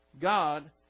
God